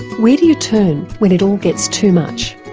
where do you turn when it all gets too much.